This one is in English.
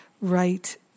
right